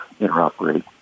interoperate